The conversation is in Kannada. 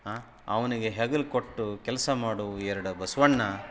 ಆಂ ಅವ್ನಿಗೆ ಹೆಗಲು ಕೊಟ್ಟು ಕೆಲಸ ಮಾಡವು ಎರಡು ಬಸವಣ್ಣ